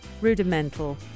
Rudimental